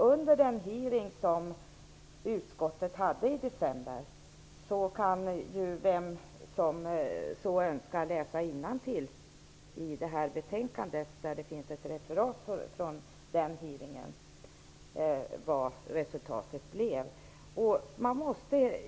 Utskottet hade en hearing i december. Den som så önskar kan läsa innantill i betänkandet, där det finns ett referat från hearingen, vad resultatet blev.